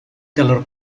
calor